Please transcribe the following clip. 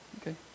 Okay